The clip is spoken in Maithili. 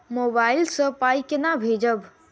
मोबाइल सँ पाई केना भेजब?